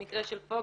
במקרה של פוקס,